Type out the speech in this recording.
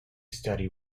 study